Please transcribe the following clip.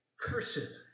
Cursed